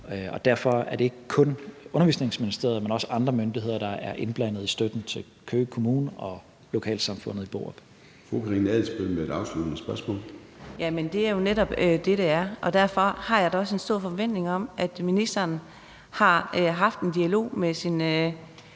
Derfor er det ikke kun Undervisningsministeriet, men også andre myndigheder, der er indblandet i støtten til Køge Kommune og lokalsamfundet i Borup. Kl. 14:08 Formanden (Søren Gade): Fru Karina Adsbøl med et afsluttende spørgsmål. Kl. 14:08 Karina Adsbøl (DD): Jamen det er jo netop det, det er, og derfor har jeg da også en stor forventning om, at ministeren har haft en dialog med sin